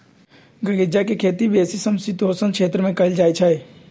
गञजा के खेती बेशी समशीतोष्ण क्षेत्र में कएल जाइ छइ